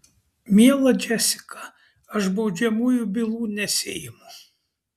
miela džesika aš baudžiamųjų bylų nesiimu